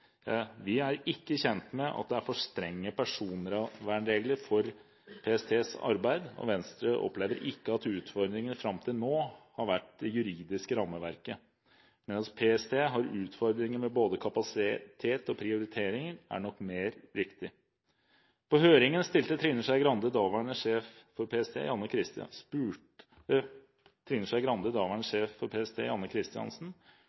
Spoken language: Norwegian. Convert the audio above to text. Vi er ikke kjent med at det er for strenge personvernregler for PSTs arbeid, og Venstre opplever ikke at utfordringen fram til nå har vært det juridiske rammeverket, men at PST har utfordringer med både kapasitet og prioriteringer, er nok mer riktig. På høringen spurte Trine Skei Grande daværende sjef for PST, Janne